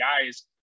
guys